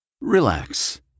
Relax